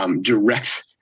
Direct